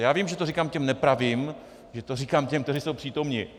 Já vím, že to říkám těm nepravým, že to říkám těm, kteří jsou přítomni.